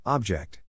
Object